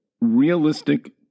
realistic